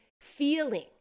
feeling